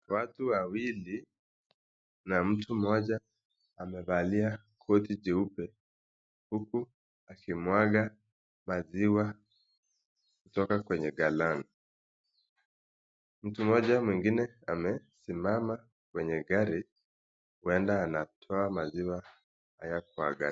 Watu wawili na mtu mmoja amevalia koti jeupe huku akimwaga maziwa kutoka kwenye galani. Mtu mmoja mwingine amesimama kwenye gari huenda anatoa maziwa haya kwa gari.